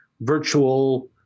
virtual